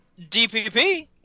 DPP